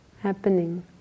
happening